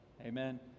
amen